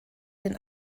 den